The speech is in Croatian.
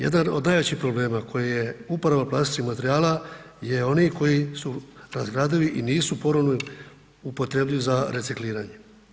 Jedan od najvećih problema koji je uporaba plastičnih materijala je oni koji su razgradivi i nisu ponovno upotrebljivi za recikliranje.